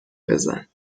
بزن